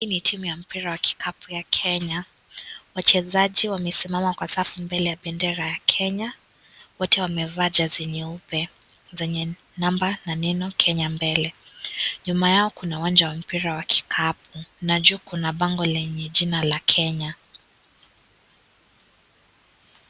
Hii ni timu ya mpira ya kikapu ya Kenya. Wachezaji wamesimama kwa safu mbele ya bendera ya Kenya. Wote wamevaa jezi nyeupe zenye namba na neno Kenya mbele. Nyuma yao kuna uwanja wa mpira wa kikapu na juu kuna bango lenye jina ya Kenya.